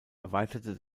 erweiterte